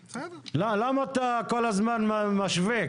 למה אתה כל הזמן משווה.